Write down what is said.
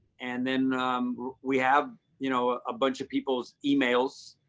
and then we have you know, a bunch of people's emails